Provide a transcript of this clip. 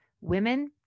women